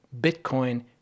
Bitcoin